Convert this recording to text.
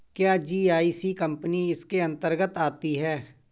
क्या GIC company इसके अन्तर्गत आती है?